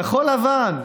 כחול-לבן,